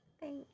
Thank